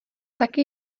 taky